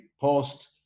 post